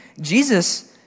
Jesus